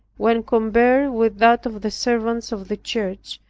when compared with that of the servants of the church,